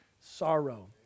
sorrow